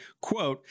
quote